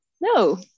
no